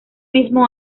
mismo